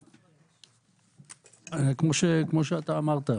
כמו שאתה אמרת,